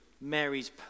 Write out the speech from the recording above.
Mary's